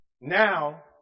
Now